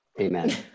amen